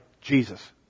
Jesus